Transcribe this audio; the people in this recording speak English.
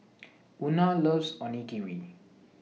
Una loves Onigiri